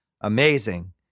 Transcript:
amazing